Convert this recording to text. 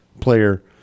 player